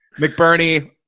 McBurney